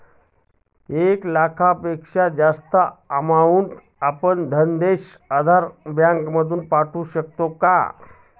एक लाखापेक्षा जास्तची अमाउंट आपण धनादेशच्या आधारे बँक मधून पाठवू शकतो का?